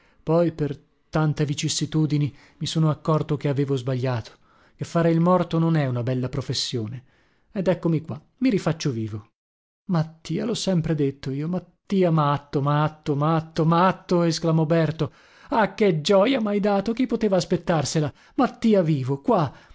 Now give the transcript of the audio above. poi per per tante vicissitudini mi sono accorto che avevo sbagliato che fare il morto non è una bella professione ed eccomi qua mi rifaccio vivo mattia lho sempre detto io mattia matto matto matto matto esclamò berto ah che gioja mhai dato chi poteva aspettarsela mattia vivo qua